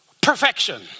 perfection